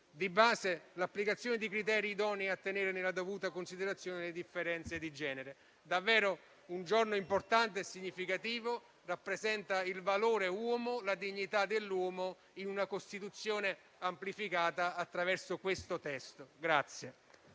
di base l'applicazione di criteri idonei a tenere nella dovuta considerazione le differenze di genere. È davvero questo un giorno importante e significativo: rappresenta il valore uomo e la dignità dell'uomo in una Costituzione amplificata attraverso questo testo.